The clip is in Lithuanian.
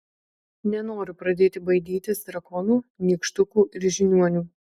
nenoriu pradėti baidytis drakonų nykštukų ir žiniuonių